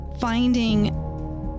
finding